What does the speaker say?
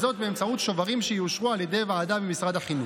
וזאת באמצעות שוברים שיאושרו על ידי ועדה במשרד החינוך.